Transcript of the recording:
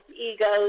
egos